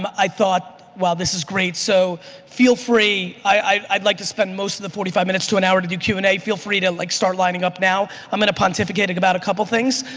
but i thought wow this is great so feel free. i'd i'd like to spend most of the forty five minutes to an hour to do q and amp a. feel free to like start lining up now. i'm gonna pontificate about a couple things.